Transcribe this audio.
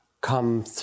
come